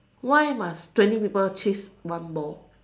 why must twenty people chase one ball